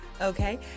Okay